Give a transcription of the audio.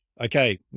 okay